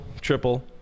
triple